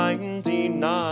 99